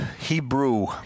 Hebrew